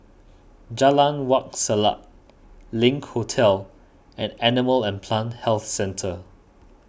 Jalan Wak Selat Link Hotel and Animal and Plant Health Centre